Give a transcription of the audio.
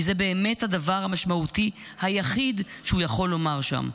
כי זה באמת הדבר המשמעותי היחיד שהוא יכול לומר שם,